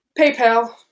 PayPal